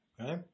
Okay